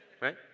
Right